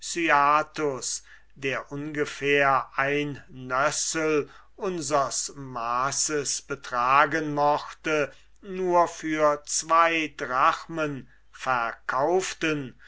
der ungefähr ein nößel unsers maßes betragen mochte nur für zwo drachmen verkauften